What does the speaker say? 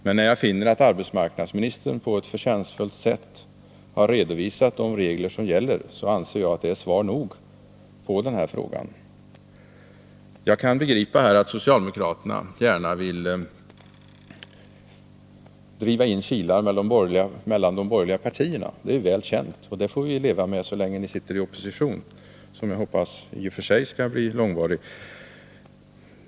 Men när jag finner att arbetsmarknadsministern på ett förtjänstfullt sätt har redogjort för de regler som gäller anser jag att det är svar nog på den här frågan. Jag kan begripa att socialdemokraterna gärna vill driva in kilar mellan de borgerliga partierna. Det är väl känt, och det får vi leva med så länge ni sitter i opposition — vilket jag i och för sig hoppas skall bli långvarigt.